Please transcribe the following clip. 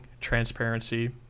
transparency